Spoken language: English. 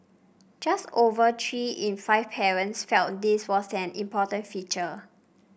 just over three in five parents felt this was an important feature